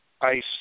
ice